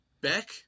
Beck